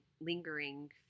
lingering